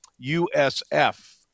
USF